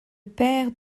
père